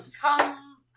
Come